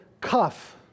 cuff